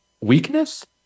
weakness